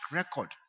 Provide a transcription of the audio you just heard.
record